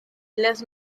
las